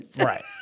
Right